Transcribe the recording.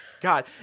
god